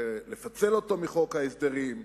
לפצל אותו מחוק ההסדרים,